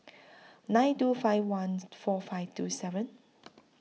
nine two five one four five two seven